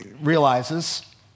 realizes